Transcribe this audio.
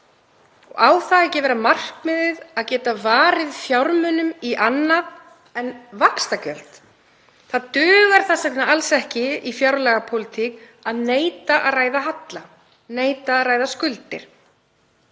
Á það ekki að vera markmiðið að geta varið fjármunum í annað en vaxtagjöld? Það dugar þess vegna alls ekki í fjárlagapólitík að neita að ræða halla, neita að ræða skuldir.